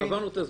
עברנו את הזמן.